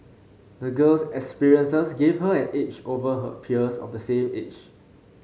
the girl's experiences gave her an edge over her peers of the same age